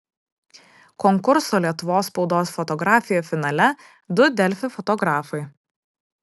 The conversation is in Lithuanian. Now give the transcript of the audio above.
konkurso lietuvos spaudos fotografija finale du delfi fotografai